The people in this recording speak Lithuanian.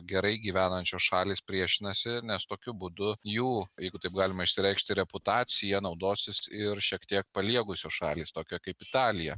gerai gyvenančios šalys priešinasi nes tokiu būdu jų jeigu taip galima išsireikšti reputacija naudosis ir šiek tiek paliegusios šalys tokia kaip italija